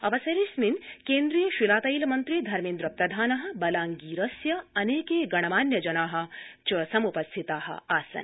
अवसरेऽस्मिन् केन्द्रीयशिला तैल मन्त्री धर्मेन्द्र प्रधान बलांगीरस्य अनेके गणमान्यजना च समुपस्थिता आसन्